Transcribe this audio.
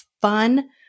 fun